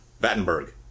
Battenberg